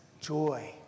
joy